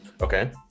Okay